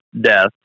death